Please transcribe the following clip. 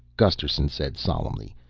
gusterson said solemnly,